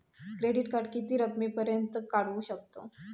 Credit card किती रकमेपर्यंत काढू शकतव?